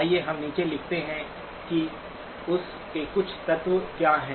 आइए हम नीचे लिखते हैं कि उस के कुछ तत्व क्या हैं